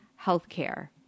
Healthcare